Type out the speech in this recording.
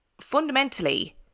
fundamentally